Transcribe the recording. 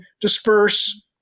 disperse